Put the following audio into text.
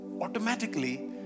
automatically